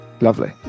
Lovely